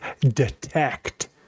detect